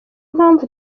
mpamvu